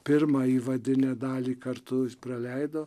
pirmą įvadinę dalį kartu praleido